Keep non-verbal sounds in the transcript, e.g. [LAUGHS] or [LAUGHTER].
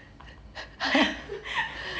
[LAUGHS]